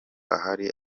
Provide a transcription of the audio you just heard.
ahari